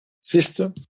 system